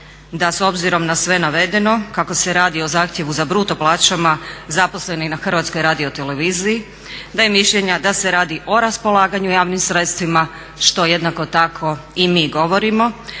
da s obzirom na sve navedeno kako se radi o zahtjevu za bruto plaćama zaposlenih na HRT-u da je mišljenja da se radi o raspolaganju javnim sredstvima što jednako tako i mi govorimo,